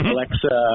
Alexa